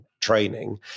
training